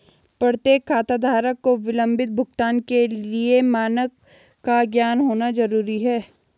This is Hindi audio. प्रत्येक खाताधारक को विलंबित भुगतान के लिए मानक का ज्ञान होना जरूरी है